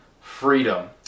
freedom